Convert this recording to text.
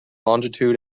longitude